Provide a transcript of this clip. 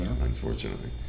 unfortunately